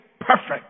perfect